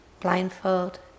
blindfold